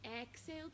exhale